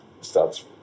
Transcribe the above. starts